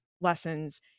lessons